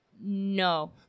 No